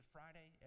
Friday